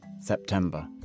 September